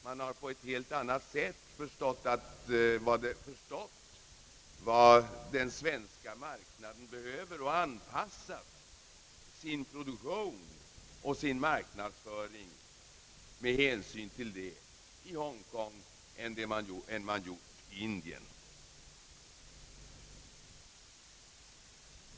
Man har i Hongkong på ett helt annat sätt förstått vad den svenska marknaden behöver och anpassat sin produktion och sin marknadsföring med hänsyn härtill än man har gjort i Indien.